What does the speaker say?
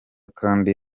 kandi